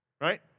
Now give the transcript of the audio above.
Right